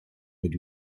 mit